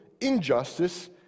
injustice